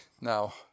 Now